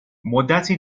مدتی